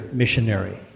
missionary